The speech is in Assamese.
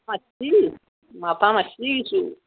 মাতছি মাতা মাতছি